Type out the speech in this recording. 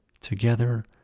Together